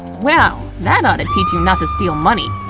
well, that ought to teach you not to steal money!